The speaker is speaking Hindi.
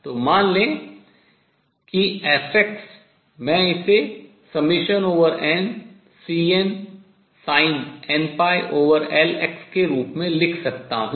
तो मान लें कि f मैं इसे nCnsin nπLx के रूप में लिख सकता हूँ